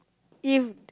if